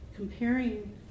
Comparing